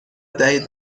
دهید